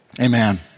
amen